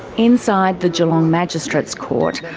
inside the geelong magistrates' court,